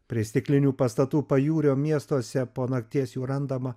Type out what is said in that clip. prie stiklinių pastatų pajūrio miestuose po nakties jų randama